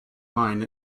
mine